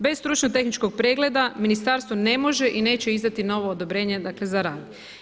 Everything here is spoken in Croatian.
Bez stručno tehničkog pregleda Ministarstvo ne može i neće izdati novo odobrenje za rad.